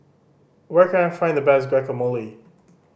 where can I find the best Guacamole